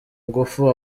ngufu